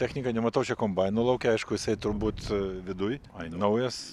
technika nematau čia kombaino lauke aišku jisai turbūt viduj naujas